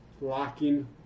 locking